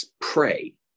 Pray